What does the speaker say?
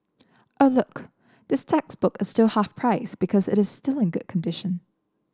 oh look this textbook is still half price because it is still in good condition